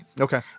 Okay